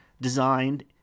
Designed